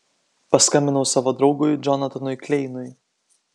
paskambinau savo draugui džonatanui kleinui